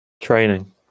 Training